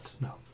no